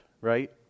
right